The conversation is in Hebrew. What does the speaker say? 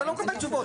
אתה לא מקבל תשובות.